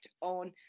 on